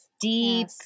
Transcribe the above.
deep